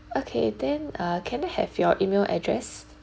okay then uh can I have your email address